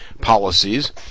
policies